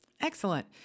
Excellent